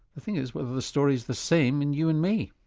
the thing is whether the story is the same in you and me.